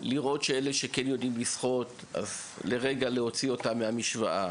לראות שאלה שכן יודעים לשחות יוצאו מהמשוואה